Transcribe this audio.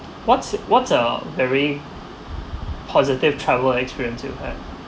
what's what's uh the really positive childhood experience you had